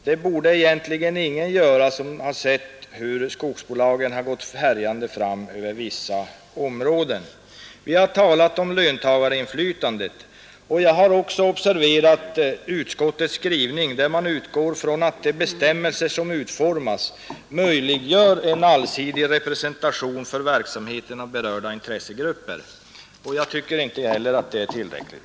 Det borde egentligen ingen göra som har sett hur skogsbolagen har gått härjande fram över vissa områden. Vi har talat om löntagarinflytande. Jag har också observerat utskottets skrivning, där man utgår från att de bestämmelser som utformas möjliggör en allsidig representation för av verksamheten berörda intressegrupper. Jag tycker inte att det heller är tillräckligt.